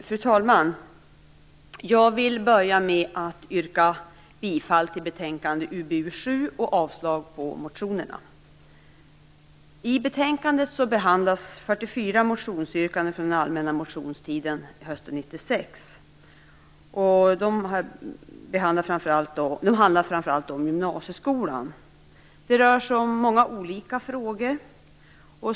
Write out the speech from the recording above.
Fru talman! Jag vill börja med att yrka bifall till hemställan i betänkande UbU7 och avslag på motionerna. I betänkandet behandlas 44 motionsyrkanden från den allmänna motionstiden hösten 1996. De handlar framför allt om gymnasieskolan. Det rör sig om många olika frågor.